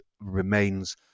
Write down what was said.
remains